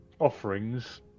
offerings